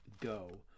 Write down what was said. go